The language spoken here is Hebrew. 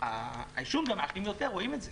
אנשים מעשנים יותר ורואים את זה.